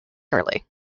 early